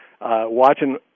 watching